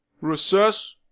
Recess